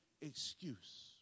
excuse